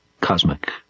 cosmic